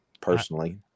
personally